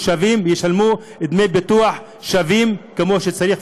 שווים וישלמו דמי ביטוח שווים כמו שצריך.